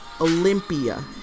Olympia